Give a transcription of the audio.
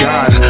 God